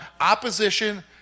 opposition